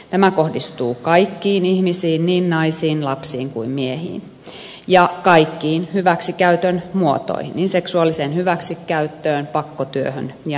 tämä kohdistuu kaikkiin ihmisiin niin naisiin lapsiin kuin miehiin ja kaikkiin hyväksikäytön muotoihin niin seksuaaliseen hyväksikäyttöön kuin pakkotyöhön ja niin edelleen